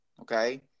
okay